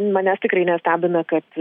manęs tikrai nestebina kad